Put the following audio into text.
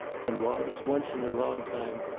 and was, once in a long time,